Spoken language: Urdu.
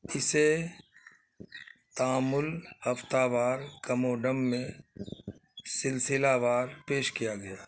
اسے تامل ہفتہ وار کموڈم میں سلسلہ وار پیش کیا گیا